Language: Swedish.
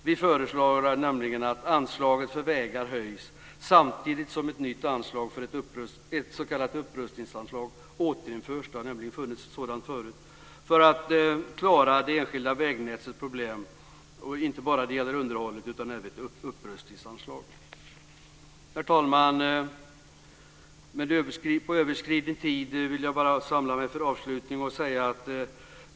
Vi föreslår att anslaget för vägar höjs samtidigt som ett nytt anslag, ett s.k. upprustningsanslag, införs för att klara det enskilda vägnätets problem. Det har funnits ett sådant förut. Det gäller inte bara underhållet, utan det behövs även upprustningsanslag. Herr talman! På överskriden talartid vill jag samla mig för avslutning.